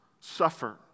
suffer